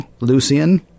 lucian